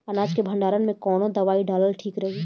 अनाज के भंडारन मैं कवन दवाई डालल ठीक रही?